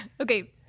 okay